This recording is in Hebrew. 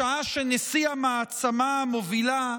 בשעה שנשיא המעצמה המובילה,